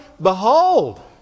Behold